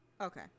Okay